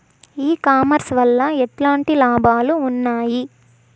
ఈ కామర్స్ వల్ల ఎట్లాంటి లాభాలు ఉన్నాయి?